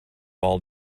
ball